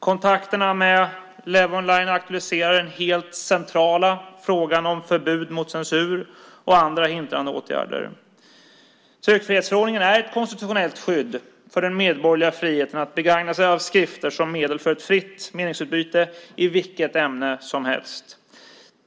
Kontakterna med Levonline aktualiserar den helt centrala frågan om förbud mot censur och andra hindrande åtgärder. Tryckfrihetsförordningen är ett konstitutionellt skydd för den medborgerliga friheten att begagna sig av skrifter som medel för ett fritt meningsutbyte i vilket ämne som helst.